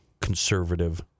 conservative